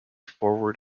forward